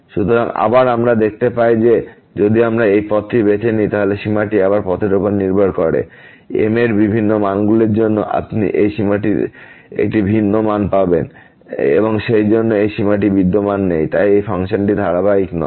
সুতরাং আবার আমরা দেখতে পাই যে যদি আমরা এই পথটি বেছে নিই তাহলে সীমাটি আবার পথের উপর নির্ভর করে m এর বিভিন্ন মানগুলির জন্য আপনি এই সীমার একটি ভিন্ন মান পাবেন এবং সেইজন্য এই সীমাটি বিদ্যমান নেই এবং তাই এই ফাংশনটি ধারাবাহিক নয়